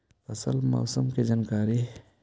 फसल मौसम के जानकारी?